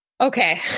Okay